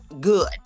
good